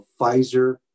Pfizer